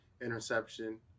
interception